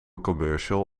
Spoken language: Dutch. commercial